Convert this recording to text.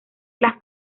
las